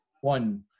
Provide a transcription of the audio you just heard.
One